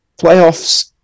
playoffs